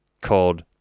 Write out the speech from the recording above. called